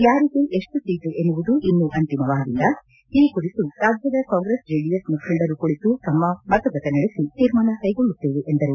ಯಾರಿಗೆ ಎಷ್ಟು ಸೀಟು ಎನ್ನುವುದು ಇನ್ನೊ ಅಂತಿಮವಾಗಿಲ್ಲ ಈ ಕುರಿತು ರಾಜ್ಯದ ಕಾಂಗ್ರಸ್ ಜೆಡಿಎಸ್ ಮುಖಂಡರು ಕುಳಿತು ಮಾತುಕತೆ ನಡೆಸಿ ತೀರ್ಮಾನ ಕೈಗೊಳ್ಳುತ್ತೇವೆ ಎಂದರು